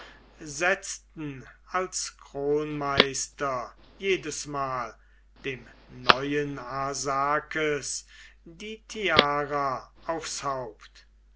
setzten als kronmeister jedesmal dem neuen arsakes die tiara aufs haupt